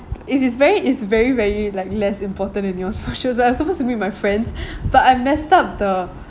it is very is very very like less important than yours I was supposed to meet my friends but I messed up the